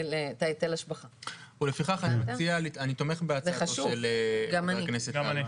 אני תומך בהצעתו של חבר הכנסת טל.